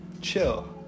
chill